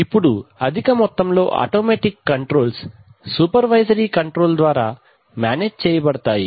ఇప్పుడు అధిక మొత్తంలో ఆటోమేటిక్ కంట్రోల్స్ సూపర్వైజరీ కంట్రోల్ ద్వారా మేనేజ్ చేయబడతాయి